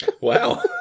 Wow